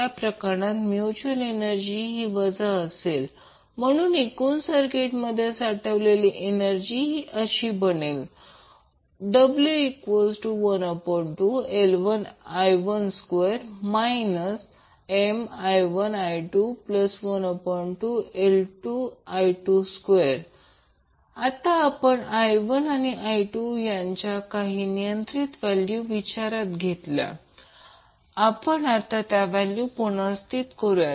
या प्रकरणात mutual energy ही वजा असेल म्हणून एकूण सर्किटमध्ये साठवलेली एनर्जी अशी बनेल w12L1I12 MI1I212L2I22 आता आपण I1 आणि I2 यांच्या काही अनियंत्रित व्हॅल्यू विचारात घेतल्या आपण आता त्या व्हॅल्यू पुनर्स्थित करूया